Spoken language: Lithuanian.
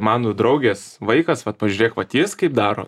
mano draugės vaikas vat pažiūrėk vat jis kaip daro